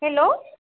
hello